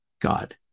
God